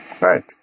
Right